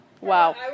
Wow